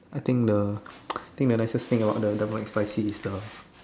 I think the I think the nicest thing about the double McSpicy is the